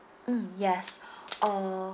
mm yes uh